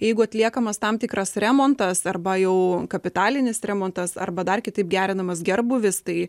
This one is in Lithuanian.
jeigu atliekamas tam tikras remontas arba jau kapitalinis remontas arba dar kitaip gerinamas gerbūvis tai